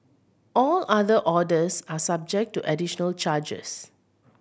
all other orders are subject to additional charges